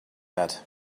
that